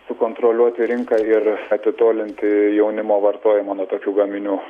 sukontroliuoti rinką ir atitolinti jaunimo vartojimą nuo tokių gaminių